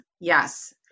Yes